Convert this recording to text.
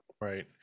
Right